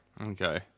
Okay